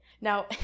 Now